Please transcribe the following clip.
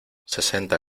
sesenta